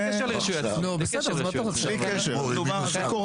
בלי קשר, זה קורה.